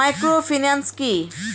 Microfinance কি?